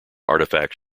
artifacts